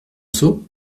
seau